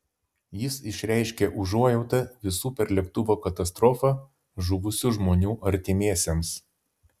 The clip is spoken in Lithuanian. jis išreiškė užuojautą visų per lėktuvo katastrofą žuvusių žmonių artimiesiems